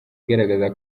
igaragaza